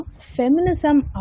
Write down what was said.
feminism